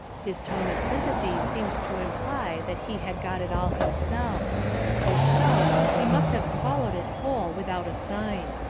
his tone of sympathy seemed to imply that he had got it all himself if so, he must have swallowed it whole without a sign.